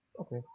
Okay